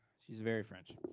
she's very french.